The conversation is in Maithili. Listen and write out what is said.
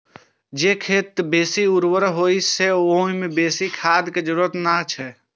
जे खेत बेसी उर्वर होइ छै, ओइ मे बेसी खाद दै के जरूरत नै छै